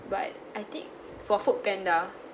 but I think for foodpanda